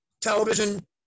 television